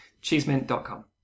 cheesemint.com